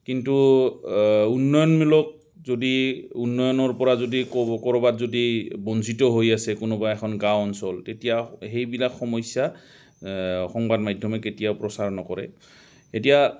কিন্তু উন্নয়নমূলক যদি উন্নয়নৰ পৰা যদি ক' ক'ৰবাত যদি বঞ্চিত হৈ আছে কোনোবা এখন গাঁও অঞ্চল তেতিয়া সেইবিলাক সমস্যা সংবাদ মাধ্যমে কেতিয়াও প্ৰচাৰ নকৰে এতিয়া